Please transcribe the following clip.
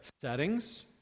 settings